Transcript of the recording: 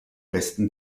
besten